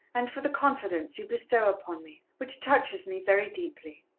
and for the confidence you bestow upon me, which touches me very deeply.